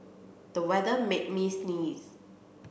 the weather made me sneeze